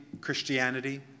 Christianity